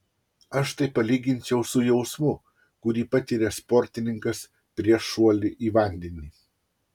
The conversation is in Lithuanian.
aš tai palyginčiau su jausmu kurį patiria sportininkas prieš šuolį į vandenį